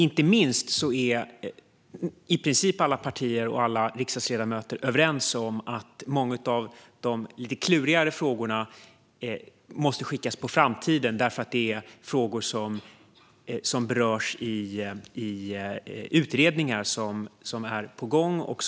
Inte minst är i princip alla partier och alla riksdagsledamöter överens om att många av de lite klurigare frågorna måste skickas på framtiden, då de berörs i utredningar som är på gång.